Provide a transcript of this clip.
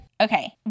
Okay